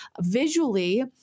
visually